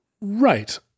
Right